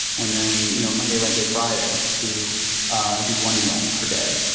and then you know monday, wednesday, friday do ah do one meal per day.